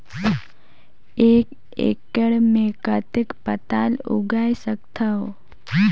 एक एकड़ मे कतेक पताल उगाय सकथव?